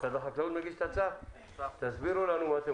משרד החקלאות, תסבירו לנו מה אתם